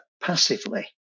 passively